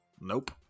Nope